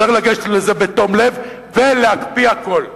צריך לגשת לזה בתום לב ולהקפיא הכול.